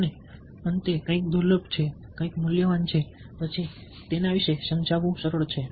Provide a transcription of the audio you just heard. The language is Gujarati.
અને અછત કંઈક દુર્લભ છે કંઈક મૂલ્યવાન છે પછી તેના વિશે સમજાવવું સરળ છે